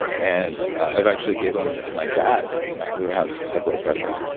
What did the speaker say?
and i've actually gave one to my dad who has high blood pressure.